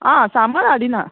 आं सामान हाडिना